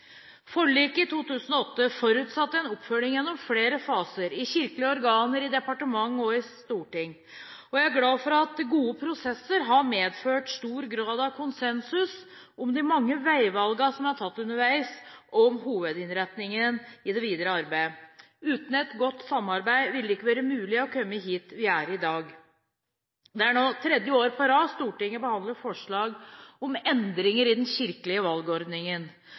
Forliket i 2008 forutsatte en oppfølging gjennom flere faser – i kirkelige organer, i departement og i storting. Jeg er glad for at gode prosesser har medført stor grad av konsensus om de mange veivalgene som er tatt underveis, og om hovedretningen i det videre arbeidet. Uten et godt samarbeid ville det ikke vært mulig å komme dit vi er i dag. Det er nå tredje år på rad at Stortinget behandler forslag om endringer i den kirkelige